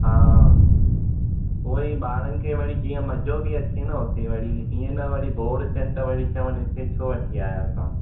हा उहाई ॿारनि खे वरी जीअं मजो बि अचे न उते वरी ईअं न वरी बोर थियनि त वरी चवनि हिते छो वठी आया आहियो तव्हां